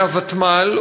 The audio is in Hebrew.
מהוותמ"ל,